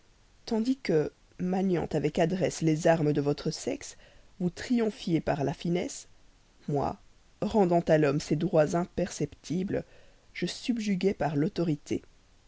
tandis que maniant avec adresse les armes de votre sexe vous triomphiez par la finesse moi rendant à l'homme ses droits imprescriptibles je subjuguais par l'autorité